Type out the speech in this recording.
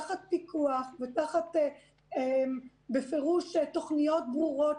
תחת פיקוח ותחת תוכניות ברורות,